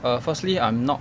err firstly I'm not